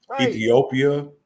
Ethiopia